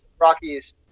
Rockies